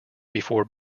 before